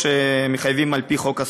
ביטוח שמחייבים על-פי חוק הספורט.